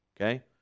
Okay